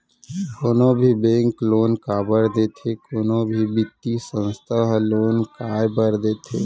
कोनो भी bank loan काबर देथे कोनो भी बित्तीय संस्था ह लोन काय बर देथे?